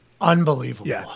Unbelievable